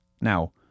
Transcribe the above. Now